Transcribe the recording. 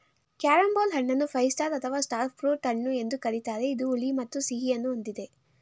carambola ಹಣ್ಣನ್ನು five star ಅಥವಾ star fruit ಹಣ್ಣು ಎಂದು ಕರಿತಾರೆ ಇದು ಹುಳಿ ಮತ್ತು ಸಿಹಿಯನ್ನು ಹೊಂದಿದೆ